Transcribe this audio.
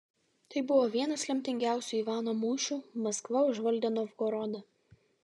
tai buvo vienas lemtingiausių ivano mūšių maskva užvaldė novgorodą